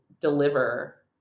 deliver